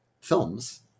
films